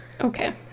okay